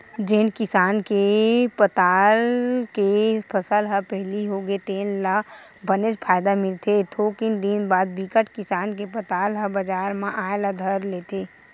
जेन किसान के पताल के फसल ह पहिली होगे तेन ल बनेच फायदा मिलथे थोकिन दिन बाद बिकट किसान के पताल ह बजार म आए ल धर लेथे